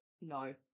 No